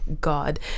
God